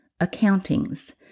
Accountings